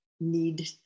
need